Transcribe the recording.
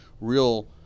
real